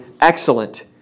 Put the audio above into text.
excellent